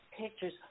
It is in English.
pictures